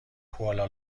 کوالا